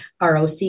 ROC